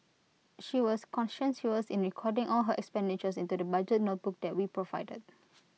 she was conscientious she was in recording all her expenditures into the budget notebook that we provided